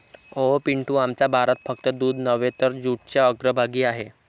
अहो पिंटू, आमचा भारत फक्त दूध नव्हे तर जूटच्या अग्रभागी आहे